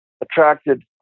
attracted